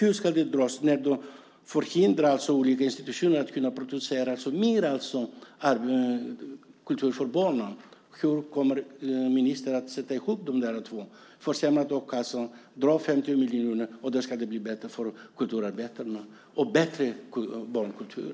Man förhindrar olika institutioner att producera mer kultur för barnen. Hur kommer ministern att få ihop försämrad a-kassa och avdrag med 50 miljoner med en förbättring för kulturarbetarna och en bättre barnkultur?